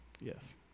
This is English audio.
Yes